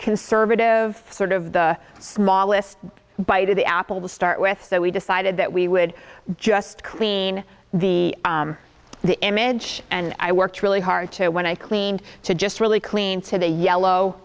conservative sort of the smallest bite of the apple to start with that we decided that we would just clean the the image and i worked really hard when i cleaned to just really clean to the yellow